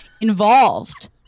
involved